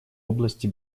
области